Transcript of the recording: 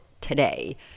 today